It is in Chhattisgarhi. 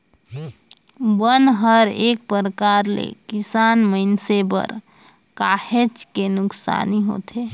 बन हर एक परकार ले किसान मइनसे बर काहेच के नुकसानी होथे